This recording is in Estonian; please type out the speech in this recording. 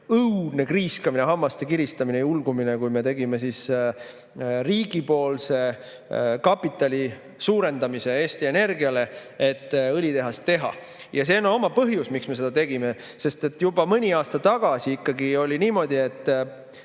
õudne kriiskamine, hammaste kiristamine ja ulgumine, kui me tegime riigi kapitali suurendamise Eesti Energiale, et õlitehas teha. Ja sellel on oma põhjus, miks me seda tegime. Sest juba mõni aasta tagasi oli niimoodi, et